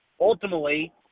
Ultimately